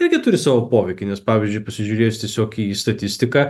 irgi turi savo poveikį nes pavyzdžiui pasižiūrėjus tiesiog į statistiką